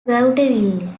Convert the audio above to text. vaudeville